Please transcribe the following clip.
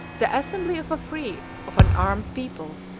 the assembly of a free, of an armed, people,